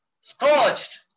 scorched